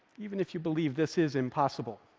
even if you believe this is impossible,